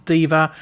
Diva